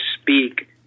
speak